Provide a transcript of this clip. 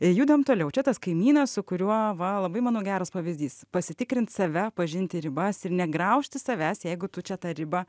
judam toliau čia tas kaimynas su kuriuo va labai manau geras pavyzdys pasitikrint save pažinti ribas ir negraužti savęs jeigu tu čia tą ribą